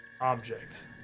object